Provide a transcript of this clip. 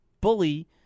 bully